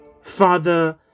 Father